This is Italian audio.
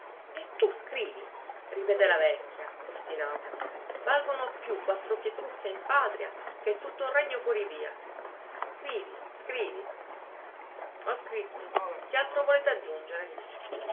e tu scrivi ripeté la vecchia ostinata valgono più quattro pietruzze in patria che tutto un regno fuorivia scrivi scrivi ho scritto che altro volete aggiungere